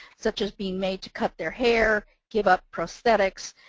such as being made to cut their hair, give up prosthetics,